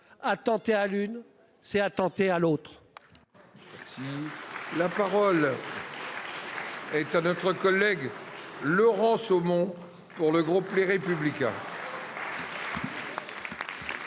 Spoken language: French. Attenter à l'une, c'est attenter à l'autre